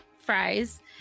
fries